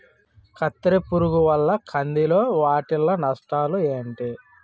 కత్తెర పురుగు వల్ల కంది లో వాటిల్ల నష్టాలు ఏంటి